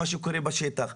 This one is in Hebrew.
זה מה שקורה בשטח.